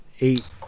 eight